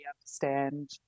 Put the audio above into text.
understand